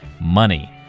money